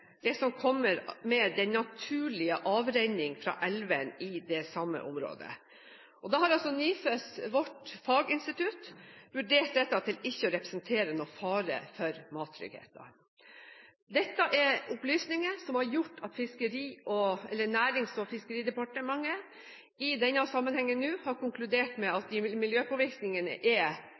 det som kommer med den naturlige avrenning fra elvene i det samme området. Og da har altså NIFES, vårt faginstitutt, vurdert dette til ikke å representere noen fare for mattryggheten. Dette er opplysninger som har gjort at Nærings- og fiskeridepartementet i denne sammenhengen nå har konkludert med at miljøpåvirkningene er